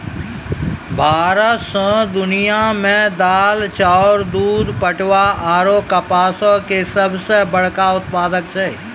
भारत सौंसे दुनिया मे दाल, चाउर, दूध, पटवा आरु कपासो के सभ से बड़का उत्पादक छै